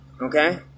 okay